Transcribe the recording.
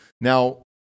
Now